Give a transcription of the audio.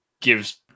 gives